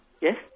Yes